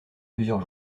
plusieurs